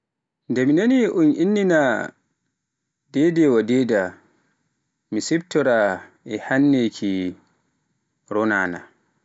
Nde mi nani un inna dedewadaida e mi siftora hanneeki ronana.